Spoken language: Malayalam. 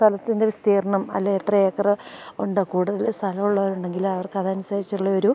സ്ഥലത്തിൻ്റെ വിസ്തീർണ്ണം അല്ലേ എത്രയേക്കർ ഉണ്ട് കൂടുതൽ സ്ഥലമോ ഉള്ളവരുണ്ടെങ്കിൽ അവർക്കതനുസരിച്ചുള്ളയൊരു